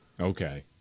Okay